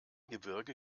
gebirge